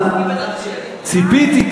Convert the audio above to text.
אבל ציפיתי,